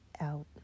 out